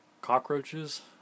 Cockroaches